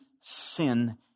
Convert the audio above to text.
sin